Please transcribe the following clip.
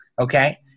Okay